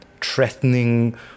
threatening